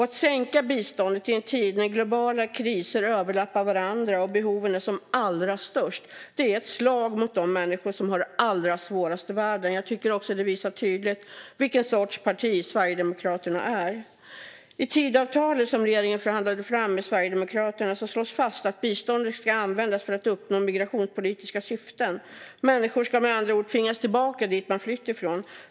Att sänka biståndet i en tid när globala kriser överlappar varandra och behoven är som allra störst är ett slag mot de människor som har det allra svårast i världen. Det visar tydligt vilken sorts parti Sverigedemokraterna är. I Tidöavtalet som regeringen förhandlade fram med Sverigedemokraterna slås fast att biståndet ska användas för att uppnå migrationspolitiska syften. Människor ska med andra ord tvingas tillbaka till varifrån de flytt.